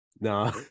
No